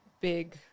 big